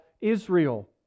Israel